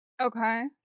Okay